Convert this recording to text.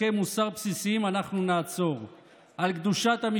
אבל עדיין,